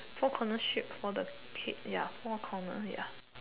four corner ship for the paid ya four corner ya